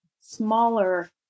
smaller